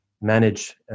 manage